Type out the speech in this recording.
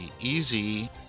Easy